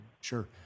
Sure